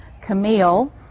Camille